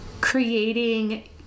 creating